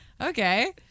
Okay